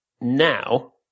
now